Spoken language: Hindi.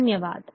धन्यवाद